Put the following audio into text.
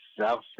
South